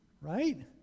Right